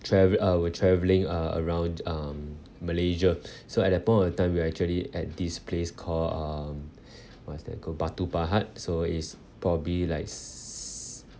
travel uh we're travelling uh around um malaysia so at that point of time we're actually at this place called um what's that called batu pahat so is probably like s~